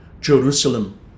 Jerusalem